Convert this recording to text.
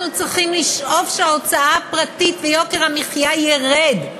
אנחנו צריכים לשאוף שההוצאה הפרטית תרד ויוקר המחיה ירד.